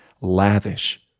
lavish